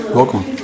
welcome